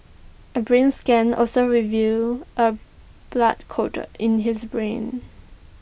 A brain scan also revealed A blood colder in his brain